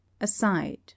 aside